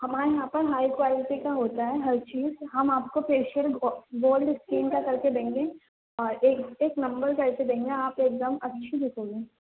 ہمارے یہاں پر ہائی کوالٹی کا ہوتا ہے ہر چیز ہم آپ کو فیشیل گولڈ اسکیم کا کر کے دیں گے اور ایک ایک نمبرکر کے دیں گے آپ ایک دم اچھی دکھو گے